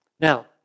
Now